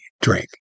drink